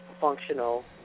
functional